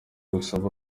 gusaba